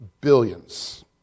billions